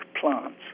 plants